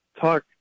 talk